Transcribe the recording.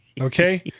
Okay